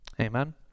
Amen